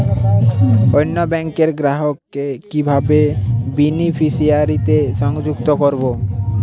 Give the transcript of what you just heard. অন্য ব্যাংক র গ্রাহক কে কিভাবে বেনিফিসিয়ারি তে সংযুক্ত করবো?